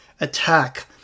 attack